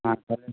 হ্যাঁ